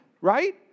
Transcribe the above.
Right